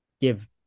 give